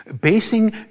Basing